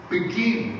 Begin